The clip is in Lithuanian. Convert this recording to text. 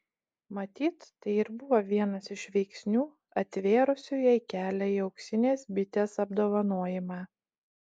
matyt tai ir buvo vienas iš veiksnių atvėrusių jai kelią į auksinės bitės apdovanojimą